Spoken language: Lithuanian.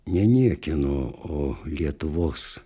ne niekieno o lietuvos